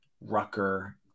rucker